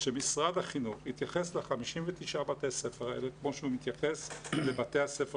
הוא שמשרד החינוך יתייחס ל-59 בתי הספר האלה כמו שהוא מתייחס לבתי הספר